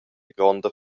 gronda